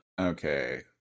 okay